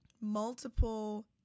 multiple